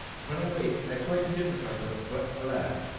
when i wake i try to hypnotise her but alas!